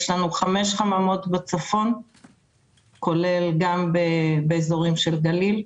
יש לנו חמש חממות בצפון כולל גם באזורים של גליל,